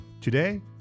today